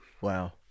Wow